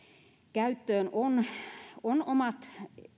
käyttöön on on omat